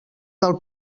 del